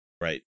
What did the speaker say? Right